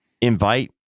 invite